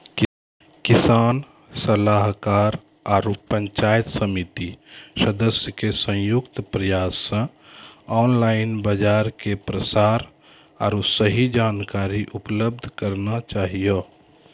किसान सलाहाकार आरु पंचायत समिति सदस्य के संयुक्त प्रयास से ऑनलाइन बाजार के प्रसार आरु सही जानकारी उपलब्ध करना चाहियो?